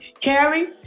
Carrie